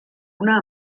una